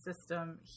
system